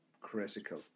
critical